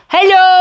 Hello